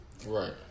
Right